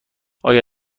آیا